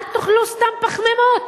אל תאכלו סתם פחמימות,